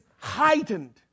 heightened